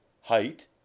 height